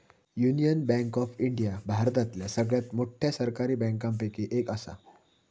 union Bank of India भारतातल्या सगळ्यात मोठ्या सरकारी बँकांपैकी एक असा